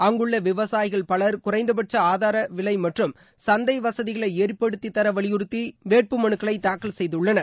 அங்குள்ள விவசாயிகள் பலர் குறைந்தபட்ச ஆதாரவிலை மற்றும் சந்தை வசதிகளை ஏற்படுத்தி தர வலியுறுத்தி வேட்புமனுக்களை தாக்கல் செய்துள்ளனர்